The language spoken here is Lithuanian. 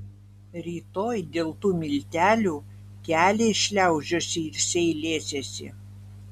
rytoj dėl tų miltelių keliais šliaužiosi ir seilėsiesi